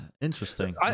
interesting